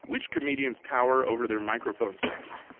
which comedians tower over their microphone stands?